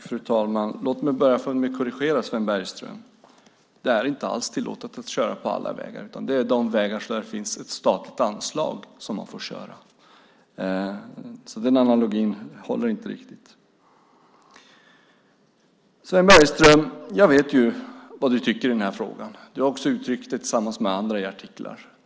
Fru talman! Låt mig börja med att korrigera Sven Bergström. Det är inte alls tillåtet att köra på alla vägar. Det är de vägar för vilka det finns ett statligt anslag som man får köra på, så den analogin håller inte riktigt. Sven Bergström, jag vet vad du tycker i den här frågan. Du har uttryckt dig också tillsammans med andra i artiklar.